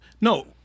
No